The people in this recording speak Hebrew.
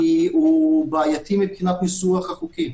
כי הוא בעייתי מבחינת ניסוח החוקים.